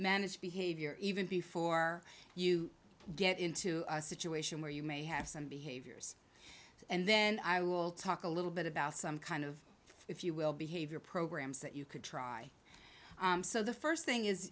manage behavior even before you get into a situation where you may have some behaviors and then i will talk a little bit about some kind of if you will behave your programs that you could try so the first thing is